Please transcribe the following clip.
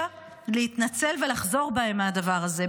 אני קוראת לחברי הכנסת פה שעשו טעות קשה להתנצל ולחזור בהם מהדבר הזה,